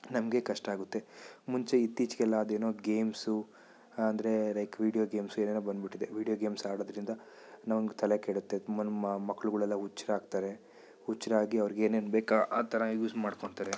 ನಮಗೆ ಕಷ್ಟ ಆಗುತ್ತೆ ಮುಂಚೆ ಇತ್ತೀಚೆಗೆಲ್ಲ ಅದೇನೋ ಗೇಮ್ಸು ಅಂದ್ರೆ ಲೈಕ್ ವೀಡಿಯೋ ಗೇಮ್ಸ್ ಏನೇನೋ ಬಂದುಬಿಟ್ಟಿದೆ ವೀಡಿಯೋ ಗೇಮ್ಸ್ ಆಡೋದ್ರಿಂದ ನಮ್ಗೆ ತಲೆ ಕೆಡುತ್ತೆ ಮನ ಮಕ್ಳುಗಳೆಲ್ಲ ಹುಚ್ರಾಗ್ತಾರೆ ಹುಚ್ಚರಾಗಿ ಅವ್ರಿಗೆ ಏನೇನು ಬೇಕು ಆ ಥರ ಯೂಸ್ ಮಾಡ್ಕೊಳ್ತಾರೆ